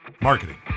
marketing